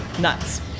nuts